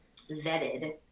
vetted